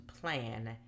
plan